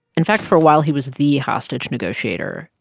in fact, for a while he was the hostage negotiator.